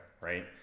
right